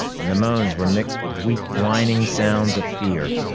and the moans were mixed with weak whining sounds of fear.